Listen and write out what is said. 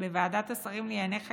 בוועדת השרים לענייני חקיקה,